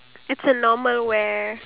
in that era